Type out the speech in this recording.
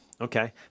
Okay